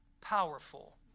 powerful